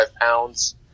pounds